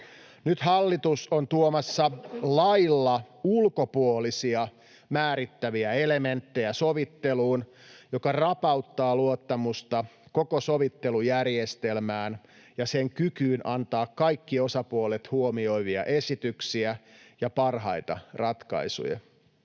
Nyt hallitus on tuomassa lailla ulkopuolisia, määrittäviä elementtejä sovitteluun, mikä rapauttaa luottamusta koko sovittelujärjestelmään ja sen kykyyn antaa kaikki osapuolet huomioivia esityksiä ja parhaita ratkaisuja.